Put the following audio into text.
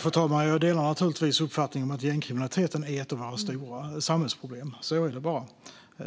Fru talman! Jag delar naturligtvis uppfattningen att gängkriminaliteten är ett av våra stora samhällsproblem.